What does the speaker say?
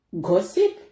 gossip